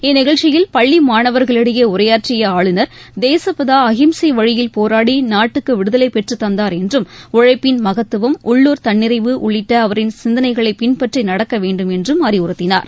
இந்நிகழ்ச்சியில் பள்ளிமாணவர்களிடையேஉரையாற்றியஆளுநர் தேசப்பிதாஅகிம்சைவழியில் போராடிநாட்டுக்குவிடுதலைபெற்றுத் தந்தார் என்றும் உழைப்பின் மகத்துவம் உள்ளுர் தன்னிறைவு உள்ளிட்டஅவரின் சிந்தனைகளைபின்பற்றிநடக்கவேண்டும் என்றும் அறிவுறுத்தினார்